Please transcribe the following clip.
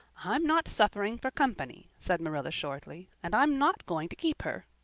i'm not suffering for company, said marilla shortly. and i'm not going to keep her.